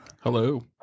Hello